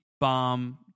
bomb